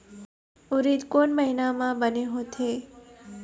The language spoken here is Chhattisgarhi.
उरीद कोन महीना म बने होथे?